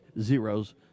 zeros